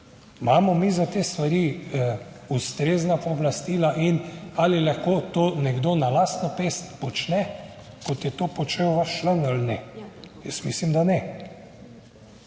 Imamo mi za te stvari ustrezna pooblastila in ali lahko to nekdo na lastno pest počne, kot je to počel vaš član ali ne. Jaz mislim, da ne.